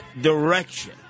direction